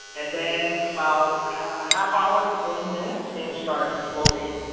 and then about a half hour to forty minutes, things started floating.